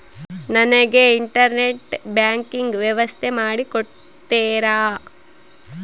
ನನಗೆ internet banking ವ್ಯವಸ್ಥೆ ಮಾಡಿ ಕೊಡ್ತೇರಾ?